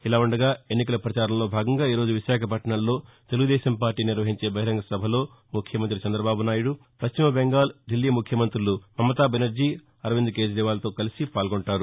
ఇదిలా ఉండగా ఎన్నికల పచారంలో భాగంగా ఈరోజు విశాఖపట్లణంలో తెలుగుదేశం పార్లీ నిర్వహించే బహిరంగ సభలో ముఖ్యమంత్రి చంద్రబాబునాయుడు పశ్చిమబెంగాల్ దిల్లీ ముఖ్యమంత్రులు మమతాబెనర్జీ అరవింద్ కేఁజీవాల్తో కలిసి పాల్గొనున్నారు